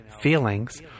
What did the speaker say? feelings